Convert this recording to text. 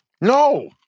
No